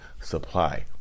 supply